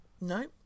No